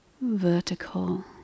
Vertical